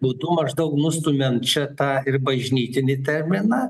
būdu maždaug nustumiant čia tą ir bažnytinį terminą